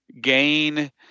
gain